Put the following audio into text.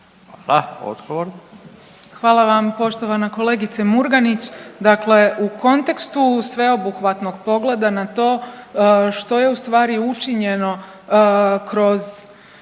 Hvala vam poštovana kolegice Murganić. Dakle, u kontekstu sveobuhvatnog pogleda na to što je u stvari učinjeno kroz